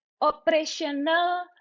operational